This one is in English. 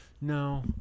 no